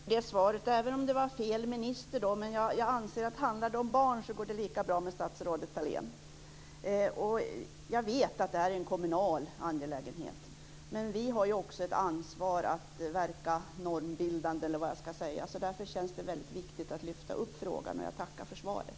Fru talman! Jag tackar för det svaret, även om det var fel minister jag riktade frågan till. Jag anser att det går lika bra med statsrådet Thalén om det handlar om barn. Jag vet att det är en kommunal angelägenhet. Men vi har också ett ansvar att verka normbildande. Därför känns det väldigt viktigt att lyfta upp frågan. Jag tackar för svaret.